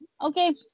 okay